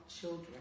children